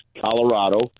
Colorado